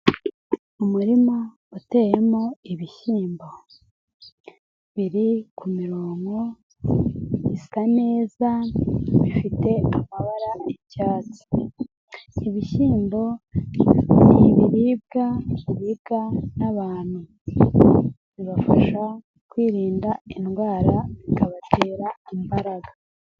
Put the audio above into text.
Umurima uteyemo ibishyimbo, biri kumirongo, bisa neza, bifite amabara y'icyatsi. Ibishyimbo ni ibiribwa bibwa n'abantu, bibafasha kwirinda indwara bikabatera imbaraga.